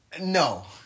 No